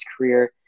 career